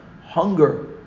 Hunger